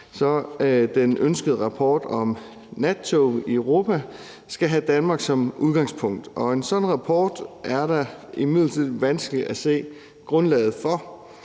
at den ønskede rapport om den nattog i Europa skal have Danmark som udgangspunkt. En sådan rapport er det imidlertid vanskeligt at se grundlaget for.